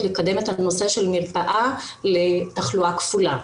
לקדם את הנושא של מרפאה לתחלואה כפולה.